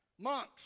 monks